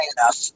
enough